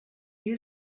you